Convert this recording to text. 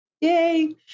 Yay